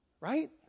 right